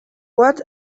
what